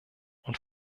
und